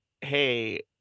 hey